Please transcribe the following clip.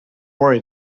worry